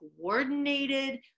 coordinated